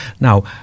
now